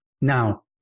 Now